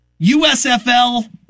USFL